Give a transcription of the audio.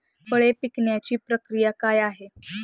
फळे पिकण्याची प्रक्रिया काय आहे?